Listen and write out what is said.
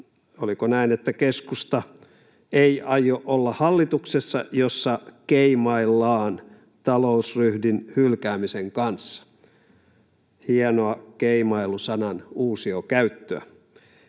oliko näin — että keskusta ei aio olla hallituksessa, jossa keimaillaan talousryhdin hylkäämisen kanssa — hienoa keimailu-sanan uusiokäyttöä.